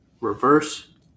reverse